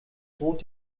droht